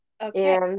Okay